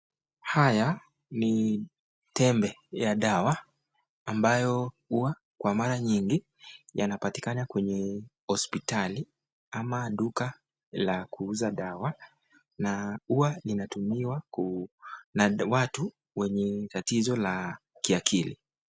Haya ni tembe ya dawa, ambayo huwa kwa mara nyingi yanapatikanakwenye hospitali, ama duka la kuuza dawa na huwa inatumiwa na watu wenye tatizo la kiakili.